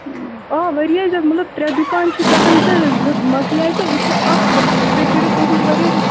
آ وارِیاہ زیادٕ مطلب ترٛےٚ دُکان چھِ تَتَن تہٕ زٕ مۅکلیے تہٕ وِۅنۍ چھُ اَکھ تہٕ تُہۍ کٔرِو کوٗشش وارِیاہ